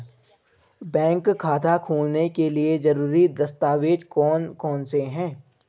Bank खाता खोलने के लिए ज़रूरी दस्तावेज़ कौन कौनसे हैं?